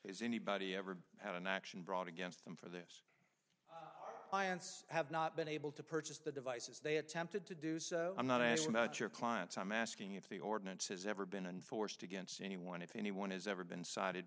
has anybody ever had an action brought against them for this have not been able to purchase the devices they attempted to do so i'm not asking about your clients i'm asking if the ordinance has ever been unforced against anyone if anyone has ever been cited